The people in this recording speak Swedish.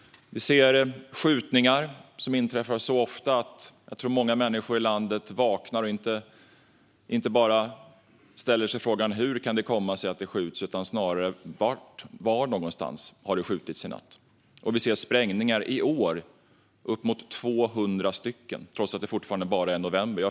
Skjutningar inträffar så ofta att många människor i landet vaknar och inte bara ställer sig frågan hur det kommer sig att det skjuts utan snarare var någonstans det har skjutits i natt. I år har det varit uppemot 200 sprängningar, trots att det fortfarande bara är november.